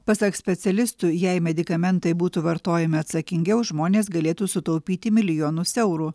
pasak specialistų jei medikamentai būtų vartojami atsakingiau žmonės galėtų sutaupyti milijonus eurų